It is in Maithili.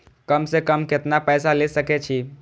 कम से कम केतना पैसा ले सके छी?